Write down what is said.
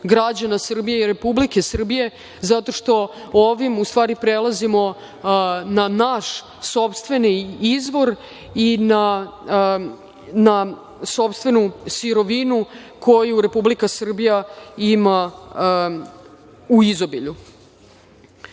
građana Srbije i Republike Srbije, zato što ovim u stvari prelazimo na naš sopstveni izvor i na sopstvenu sirovinu koju Republika Srbija ima u izobilju. Važno